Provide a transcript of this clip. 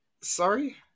Sorry